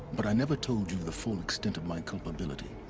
but i never told you the full extent of my culpability.